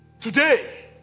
Today